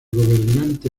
gobernante